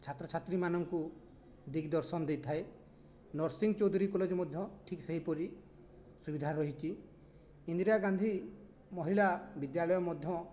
ଛାତ୍ରଛାତ୍ରୀମାନଙ୍କୁ ଦିଗ ଦର୍ଶନ ଦେଇଥାଏ ନରସିଂ ଚୌଧରୀ କଲେଜ ମଧ୍ୟ ଠିକ୍ ସେହିପରି ସୁବିଧା ରହିଛି ଇନ୍ଦିରା ଗାନ୍ଧୀ ମହିଳା ବିଦ୍ୟାଳୟ ମଧ୍ୟ